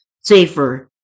safer